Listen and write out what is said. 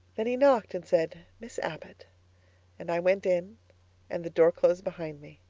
then he knocked and said, miss abbott and i went in and the door closed behind me.